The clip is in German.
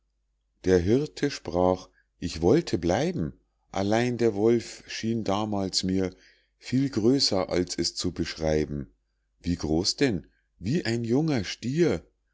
der hirte sprach ich wollte bleiben allein der wolf schien damals mir viel größer als es zu beschreiben wie groß denn wie ein junger stier